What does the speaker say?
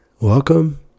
welcome